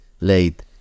late